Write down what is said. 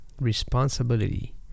responsibility